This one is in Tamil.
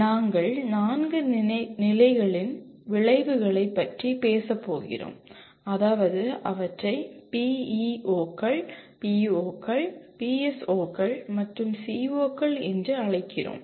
நாங்கள் 4 நிலைகளின் விளைவுகளைப் பற்றி பேசப் போகிறோம் அதாவது அவற்றை PEO கள் PO கள் PSO கள் மற்றும் CO கள் என்று அழைக்கிறோம்